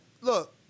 look